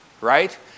right